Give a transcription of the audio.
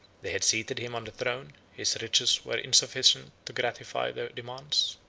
they had seated him on the throne his riches were insufficient to satisfy their demands